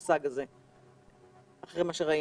במונח הזה אחרי מה שראינו.